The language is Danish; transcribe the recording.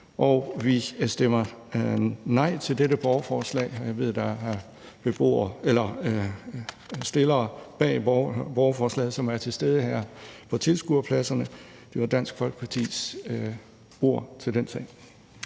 og vi stemmer nej til dette borgerforslag. Jeg ved, at der er forslagsstillere bag borgerforslaget til stede her på tilskuerpladserne, og det her var Dansk Folkepartis ord til den sag.